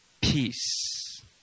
peace